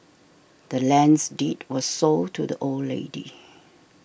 the land's deed was sold to the old lady